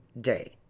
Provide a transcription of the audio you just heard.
day